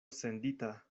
sendita